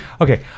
Okay